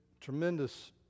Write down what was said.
tremendous